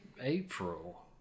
April